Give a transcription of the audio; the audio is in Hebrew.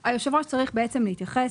היושב-ראש צריך להתייחס,